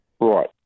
Right